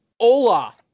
Hola